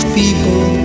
people